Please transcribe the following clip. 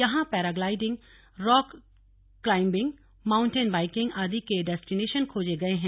यहां paragliding rock climbing mountain biking आदि के डेस्टिनेशन खोजे गए हैं